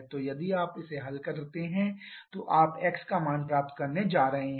तो यदि आप इसे हल करते हैं तो आप x का मान प्राप्त करने जा रहे हैं